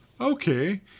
Okay